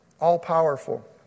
all-powerful